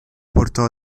portò